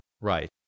Right